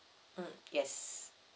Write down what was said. mm yes